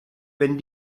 wenn